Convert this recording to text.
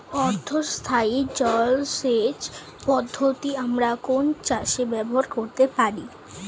অর্ধ স্থায়ী জলসেচ পদ্ধতি আমরা কোন চাষে ব্যবহার করতে পারি?